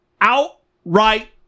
Outright